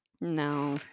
no